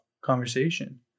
conversation